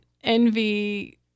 envy